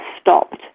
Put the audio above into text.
stopped